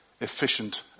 efficient